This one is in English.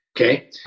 okay